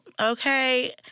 okay